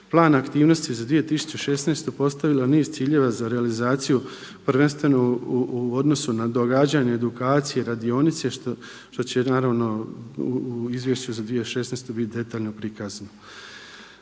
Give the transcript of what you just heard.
plan aktivnosti za 2016. postavila niz ciljeva za realizaciju prvenstveno u odnosu na događanja, edukacije, radionice što će naravno u izvješću za 2016. biti detaljno prikazano.